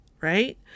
right